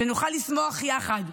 שנוכל לשמוח יחד,